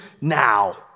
now